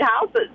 houses